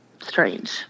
strange